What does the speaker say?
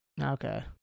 Okay